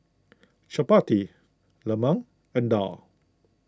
Chappati Lemang and Daal